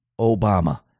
Obama